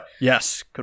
Yes